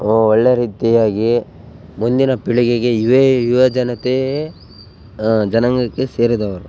ಒಳ್ಳೇ ರೀತಿಯಾಗಿ ಮುಂದಿನ ಪೀಳಿಗೆಗೆ ಇವೇ ಯುವಜನತೇ ಜನಾಂಗಕ್ಕೆ ಸೇರಿದವರು